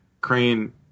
Crane